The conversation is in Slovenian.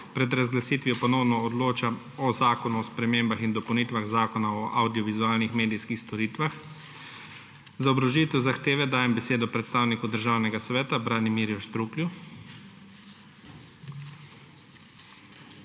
pred razglasitvijo ponovno odloča o Zakonu o spremembah in dopolnitvah Zakona o avdiovizualnih medijskih storitvah. Za obrazložitev zahteve dajem besedo predstavniku Državnega sveta Branimirju Štruklju.